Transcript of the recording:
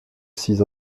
six